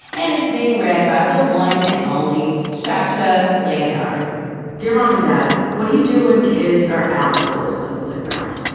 and it's being read by the one and only sasha leonhard dear mom and dad, what do you do when kids are assholes at the playground,